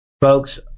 folks